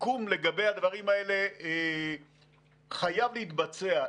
הסיכום לגבי הדברים האלה חייב להתבצע.